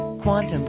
Quantum